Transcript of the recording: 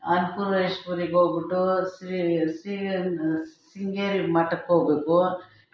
ಅನ್ನಪೂರ್ಣೇಶ್ವರಿಗೋಗ್ಬಿಟ್ಟು ಸಿಂಗೇರಿ ಮಠಕ್ಕೆ ಹೋಗ್ಬೇಕು